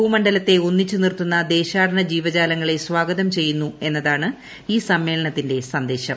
ഭൂമണ്ഡലത്തെ ഒന്നിച്ച് നിർത്തുന്ന ദേശാടന ജീവജാലങ്ങളെ സ്വാഗതം ചെയ്യുന്നു എന്നതാണ് ഈ സമ്മേളനത്തിന്റെ സന്ദേശം